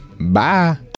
Bye